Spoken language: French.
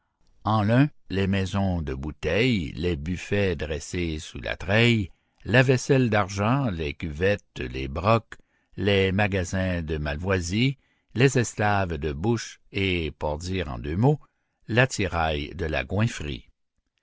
en l'un les maisons de bouteille les buffets dressés sous la treille la vaisselle d'argent les cuvettes les brocs les magasins de malvoisie les esclaves de bouche et pour dire en deux mots l'attirail de la